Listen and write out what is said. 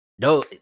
no